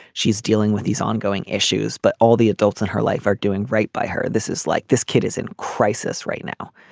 she's dealing with these ongoing issues but all the adults in her life are doing right by her. this is like this kid is in crisis right now.